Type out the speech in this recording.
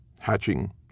hatching